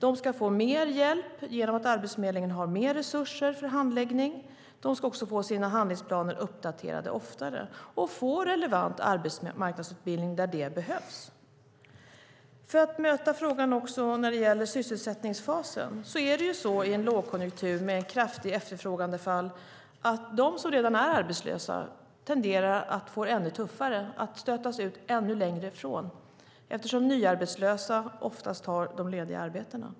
De ska få mer hjälp genom att Arbetsförmedlingen har mer resurser för handläggning. De ska också få sina handlingsplaner uppdaterade oftare och få relevant arbetsmarknadsutbildning när det behövs. För att möta frågan också när det gäller sysselsättningsfasen är det så i en lågkonjunktur med ett kraftigt efterfrågandefall att de som redan är arbetslösa tenderar att få det ännu tuffare, att stötas ut ännu längre ifrån, eftersom nyarbetslösa oftast tar de lediga arbetena.